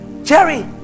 Jerry